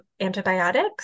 antibiotics